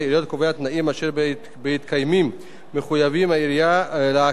בהתקיימם מחויבת העירייה להקים ועדה חקלאית.